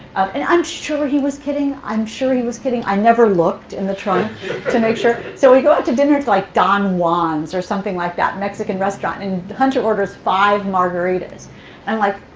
and i'm sure he was kidding. i'm sure he was kidding i never looked in the trunk to make sure. so we go out to dinner to, like, don juan's or something like that. mexican restaurant. and hunter orders five margaritas. and i'm like,